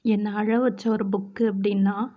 என்னை அழ வச்ச ஒரு புக்கு அப்படின்னா